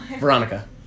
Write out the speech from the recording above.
Veronica